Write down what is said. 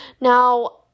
Now